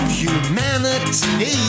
humanity